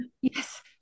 Yes